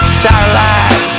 satellite